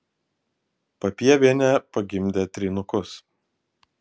papievienė pagimdė trynukus